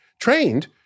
trained